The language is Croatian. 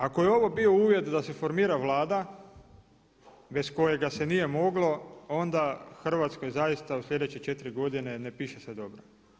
Ako je ovo bio uvjet da se formira Vlada bez kojega se nije moglo onda Hrvatskoj zaista u sljedeće četiri godine ne piše se dobro.